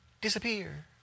disappear